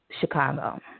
Chicago